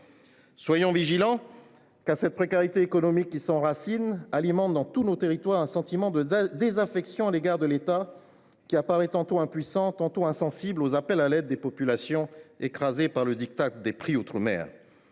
Soyons vigilants, car cette précarité économique qui s’enracine alimente dans tous nos territoires un sentiment de désaffection à l’égard de l’État, qui apparaît tantôt impuissant tantôt insensible aux appels à l’aide des populations écrasées par le diktat des prix outre mer.